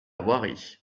voirie